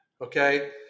Okay